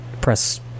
press